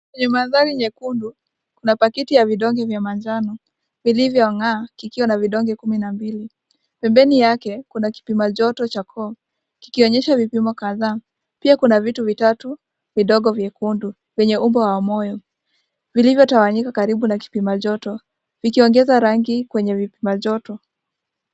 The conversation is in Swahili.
Kwenye mandhari nyekundu, kuna pakiti ya vidonge vya manjano, vilivyong'aa kikiwa na vidonge kumi na mbili. Pembeni yake, kuna kipimajoto cha koo, kikionyesha vipimo kadhaa. Pia kuna vitu vitatu, vidogo vyekundu, yenye umbo wa moyo, vilivyotawanyika karibu na kipimajoto, vikiongeza rangi kwenye vipimajoto.